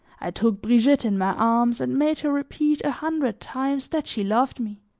i took brigitte in my arms, and made her repeat a hundred times that she loved me,